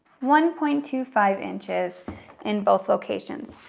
one point two five inches in both locations.